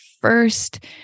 first